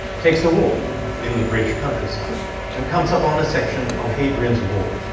takes a walk in the british countryside and comes upon a section of hadrian's wall.